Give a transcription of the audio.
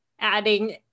adding